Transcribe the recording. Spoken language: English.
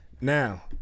Now